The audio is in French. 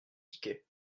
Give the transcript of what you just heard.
tickets